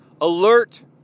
alert